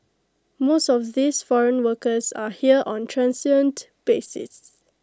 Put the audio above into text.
most of these foreign workers are here on A transient basis